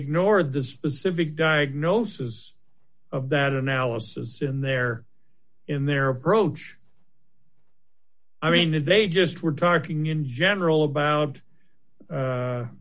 ignored the specific diagnosis of that analysis in their in their approach i mean that they just were talking in general about